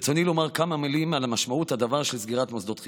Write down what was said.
ברצוני לומר כמה מילים על משמעות הדבר של סגירת מוסדות חינוך.